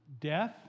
death